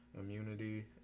immunity